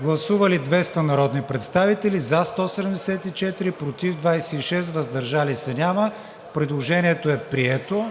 Гласували 200 народни представители: за 174, против 26, въздържали се няма. Предложението е прието.